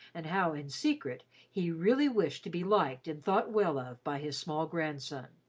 and how in secret he really wished to be liked and thought well of by his small grandson.